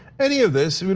any of this, it would